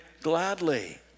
gladly